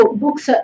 books